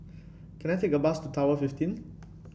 can I take a bus to Tower Fifteen